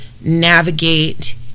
navigate